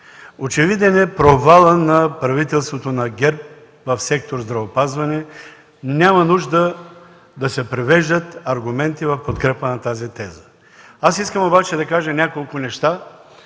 Очевиден е провалът на правителството на ГЕРБ в сектор „Здравеопазване”. Няма нужда да се привеждат аргументи в подкрепа на тази теза. Аз искам обаче да кажа няколко неща,